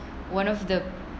one of the